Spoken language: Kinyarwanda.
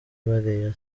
bariya